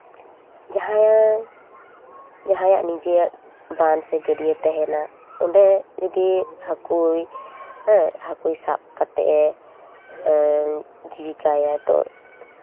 ᱡᱟᱦᱟᱸᱭ ᱡᱟᱦᱟᱸᱭᱟᱜ ᱱᱤᱡᱮᱨᱟᱜ ᱵᱟᱸᱫᱷ ᱥᱮ ᱜᱟᱹᱰᱭᱟᱹ ᱛᱟᱦᱮᱱᱟ ᱚᱸᱰᱮ ᱡᱩᱫᱤ ᱦᱟᱹᱠᱳᱭ ᱦᱮᱸ ᱦᱟᱹᱠᱳᱭ ᱥᱟᱵ ᱠᱟᱛᱮᱫᱼᱮ ᱡᱤᱵᱤᱠᱟᱭᱟᱭᱛᱚ